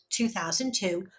2002